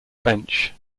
bench